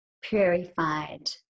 purified